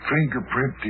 Fingerprint